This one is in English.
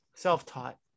Self-taught